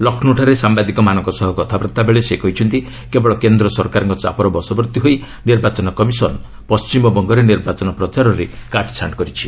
ଲକ୍ଷ୍ମୌଠାରେ ସାମ୍ଭାଦିକମାନଙ୍କ ସହ କଥାବାର୍ତ୍ତାବେଳେ ସେ କହିଛନ୍ତି କେବଳ କେନ୍ଦ୍ର ସରକାରଙ୍କ ଚାପର ବଶବର୍ତ୍ତୀ ହୋଇ ନିର୍ବାଚନ କମିଶନ ପଣ୍ଟିମବଙ୍ଗରେ ନିର୍ବାଚନ ପ୍ରଚାରରେ କାଟ୍ଛାଣ୍ଟ୍ କରିଛି